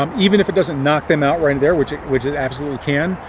um even if it doesnit knock them out right there, which it which it absolutely can,